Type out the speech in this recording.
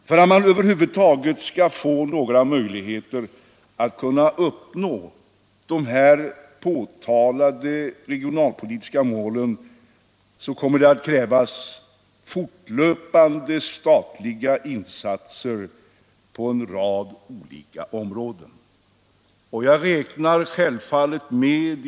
För att man över huvud taget skall ha några förutsättningar att uppnå de uppställda regionalpolitiska målen kommer det att krävas fortlöpande statliga insatser på en rad olika områden.